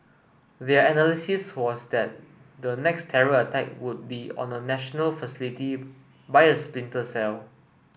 their analysis was that the next terror attack would be on a national facility by a splinter cell